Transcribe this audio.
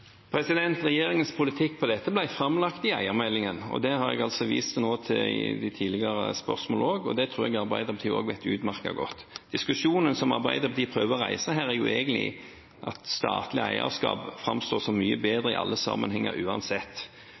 Regjeringens politikk på dette området ble framlagt i eiermeldingen. Det har jeg vist til nå i tidligere spørsmål, og det tror jeg også Arbeiderpartiet vet utmerket godt. Diskusjonen som Arbeiderpartiet prøver å reise her, er jo egentlig at statlig eierskap framstår som mye bedre i alle sammenhenger, uansett.